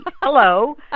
Hello